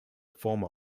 former